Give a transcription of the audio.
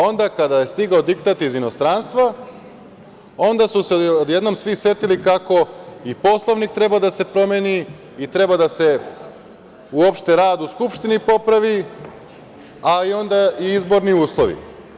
Onda, kada je stigao diktat iz inostranstva, onda su se odjednom svi setili kako i Poslovnik treba da se promeni i treba da se uopšte rad u Skupštini popravi, ali onda i izborni uslovi.